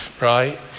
right